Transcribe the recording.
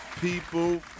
people